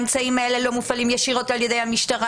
האמצעים האלה לא מופעלים ישירות ע"י המשטרה